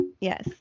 yes